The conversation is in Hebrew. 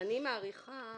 מעריכה